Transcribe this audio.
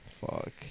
Fuck